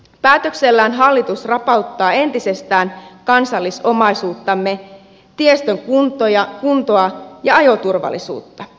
päätöksellään hallitus rapauttaa entisestään kansallisomaisuuttamme tiestön kuntoa ja ajoturvallisuutta